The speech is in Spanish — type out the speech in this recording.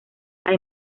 hay